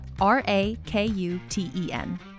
R-A-K-U-T-E-N